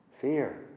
fear